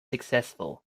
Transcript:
successful